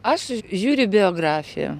aš žiūriu biografiją